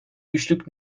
güçlük